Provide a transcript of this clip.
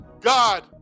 God